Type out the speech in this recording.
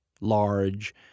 large